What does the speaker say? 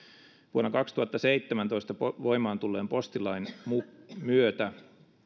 vuonna kaksituhattaseitsemäntoista voimaan tulleen postilain myötä